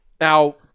Now